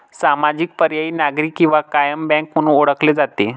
सामाजिक, पर्यायी, नागरी किंवा कायम बँक म्हणून ओळखले जाते